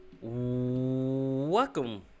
welcome